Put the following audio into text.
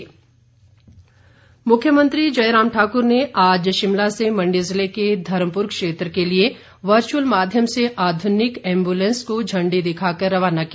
मुख्यमंत्री मुख्यमंत्री जयराम ठाकुर ने आज शिमला से मंडी जिले के धर्मपुर क्षेत्र के लिए वर्चुअल माध्यम से आधुनिक एम्बुलेंस को झंडी दिखाकर रवाना किया